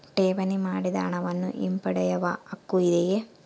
ಠೇವಣಿ ಮಾಡಿದ ಹಣವನ್ನು ಹಿಂಪಡೆಯವ ಹಕ್ಕು ಇದೆಯಾ?